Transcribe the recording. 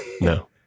no